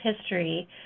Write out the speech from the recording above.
history